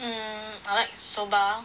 mm I like soba